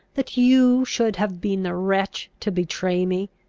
that you should have been the wretch to betray me?